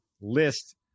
list